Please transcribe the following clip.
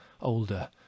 older